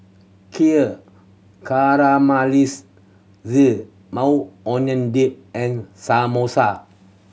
Kheer Maui Onion Dip and Samosa